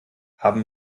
haben